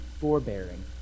forbearing